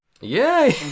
Yay